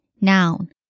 noun